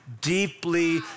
deeply